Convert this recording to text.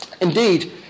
Indeed